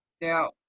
Now